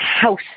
house